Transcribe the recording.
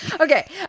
Okay